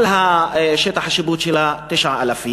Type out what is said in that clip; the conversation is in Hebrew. כל שטח השיפוט שלה 9,000,